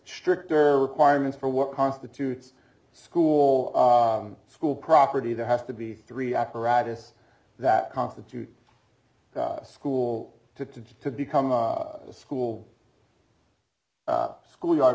stricter requirements for what constitutes a school school property there has to be three apparatus that constitute the school to become a school school yard